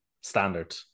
standard